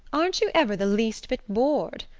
aren't you ever the least bit bored?